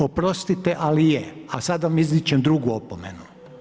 Oprostite ali je, a sad vam izričem drugu opomenu.